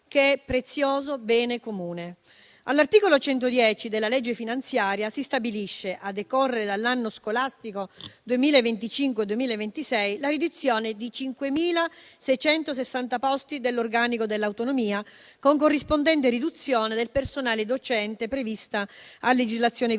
All'articolo 110 del disegno di legge di bilancio si stabilisce, a decorrere dall'anno scolastico 2025-2026, la riduzione di 5.660 posti dell'organico dell'autonomia, con corrispondente riduzione del personale docente previsto a legislazione vigente.